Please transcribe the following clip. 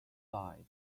side